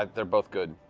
ah they're both good.